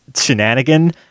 shenanigan